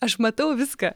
aš matau viską